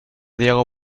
diego